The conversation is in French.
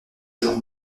jour